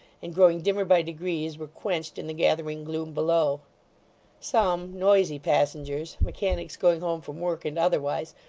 and growing dimmer by degrees, were quenched in the gathering gloom below some, noisy passengers, mechanics going home from work, and otherwise,